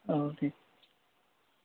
औ दे